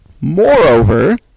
Moreover